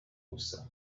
gusa